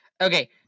Okay